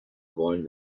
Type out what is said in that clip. wollen